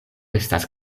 estas